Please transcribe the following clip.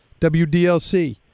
WDLC